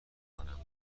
کنم